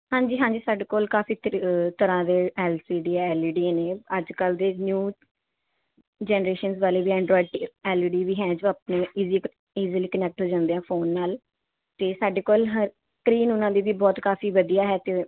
ਹਾਂਜੀ ਹਾਂਜੀ ਸਾਡੇ ਕੋਲ ਕਾਫੀ ਤਰੀ ਤਰ੍ਹਾਂ ਦੇ ਐੱਲ ਸੀ ਡੀ ਹੈ ਐੱਲ ਈ ਡੀ ਨੇ ਅੱਜ ਕੱਲ੍ਹ ਦੇ ਨਿਊ ਜਨਰੇਸ਼ਨਸ ਵਾਲੀ ਵੀ Android T L E D ਵੀ ਹੈ ਜੋ ਆਪਣੇ ਈਜ਼ੀ ਈਜ਼ੀਲੀ ਕਨੈਕਟ ਹੋ ਜਾਂਦੇ ਫੋਨ ਨਾਲ ਅਤੇ ਸਾਡੇ ਕੋਲ ਹਰ ਸਕਰੀਨ ਉਹਨਾਂ ਦੀ ਵੀ ਬਹੁਤ ਕਾਫੀ ਵਧੀਆ ਹੈ ਅਤੇ